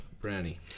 Brownie